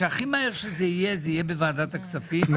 שהכי מהר שזה יהיה זה יהיה בוועדת הכספים,